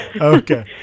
Okay